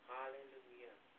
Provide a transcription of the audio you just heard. Hallelujah